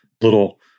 little